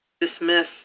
dismiss